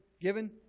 given